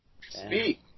Speak